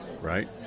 right